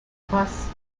busts